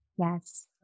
Yes